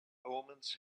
omens